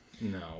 No